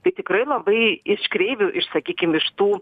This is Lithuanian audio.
tai tikrai labai iš kreivių iš sakykim iš tų